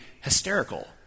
hysterical